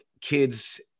kids